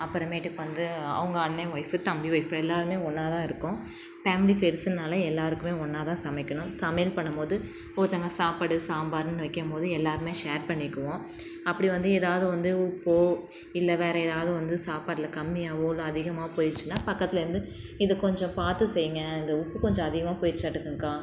அப்புறமேட்டுக்கு வந்து அவங்க அண்ண ஒய்ஃபு தம்பி ஒய்ஃபு எல்லோருமே ஒன்றாதான் இருக்கோம் ஃபேமிலி பெருசுனால் எல்லோருக்குமே ஒன்றாதான் சமைக்கணும் சமையல் பண்ணும்போது ஒருத்தங்க சாப்பாடு சாம்பார்னு வைக்கும்போது எல்லோருமே ஷேர் பண்ணிக்குவோம் அப்படி வந்து எதாவது வந்து உப்போ இல்லை வேறு எதாவது வந்து சாப்பாட்டில் கம்மியாகவோ இல்லை அதிகமாக போயிடுச்சினால் பக்கத்தில் இருந்து இது கொஞ்சம் பார்த்து செய்யுங்க இந்த உப்பு கொஞ்சம் அதிகமாக போயிச்சாட்டுக்குங்கா